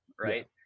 right